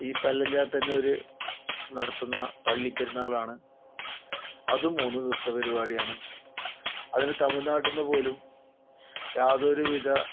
ഈ പല്ലഞ്ചാത്തന്നൂർ നടത്തുന്ന പള്ളിപ്പെരുന്നാൾ ആണ് അതും മൂന്ന് ദിവസത്തെ പരിപാടിയാണ് അതിന് തമിഴ്നാട്ടിൽ നിന്ന് പോലും യാതൊരുവിധ